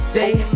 day